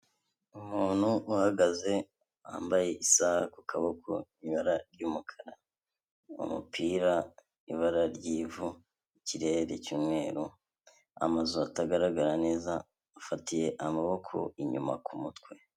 Umuntu uhagaze, wambaye isaha ku kaboko ibara ry'umukara, umupira ibara ry'ivu, ikirere cyu'mweru, amazu atagaragara neza, afatiye amaboko inyuma ku mutwe.